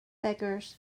beggars